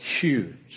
huge